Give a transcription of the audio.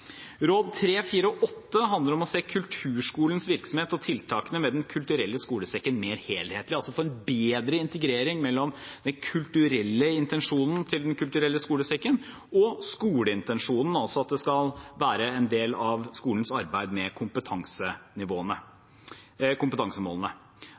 Råd 3, 4 og 8 handler om å se kulturskolens virksomhet og tiltakene med Den kulturelle skolesekken mer helhetlig – få en bedre integrering mellom den kulturelle intensjonen til Den kulturelle skolesekken og skoleintensjonen – altså at de skal være en del av skolens arbeid med kompetansemålene.